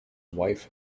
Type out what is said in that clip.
wife